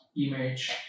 image